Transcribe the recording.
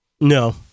No